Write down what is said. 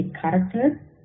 character